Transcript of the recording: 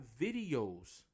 videos